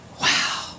wow